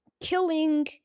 killing